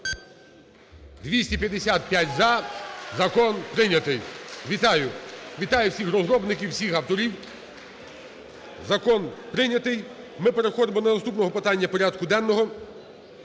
За-255 Закон прийнятий. Вітаю всіх розробників, всіх авторів. Закон прийнятий. Ми переходимо до наступного питання порядку денного